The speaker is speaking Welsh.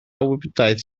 wybodaeth